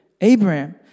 Abraham